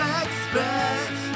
expect